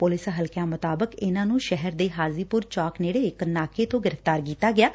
police ਹਲਕਿਆਂ ਮੁਤਾਬਿਕ ਇਨਾਂ ਨੂੰ ਸ਼ਹਿਰ ਦੇ ਹਾਜ਼ੀਪੁਰ ਚੌਂਕ ਨੇੜੇ ਇਕ ਨਾਕੇ ਤੋਂ ਗ੍ਰਿਫ਼ਤਾਰ ਕੀਤਾ ਗਿਐ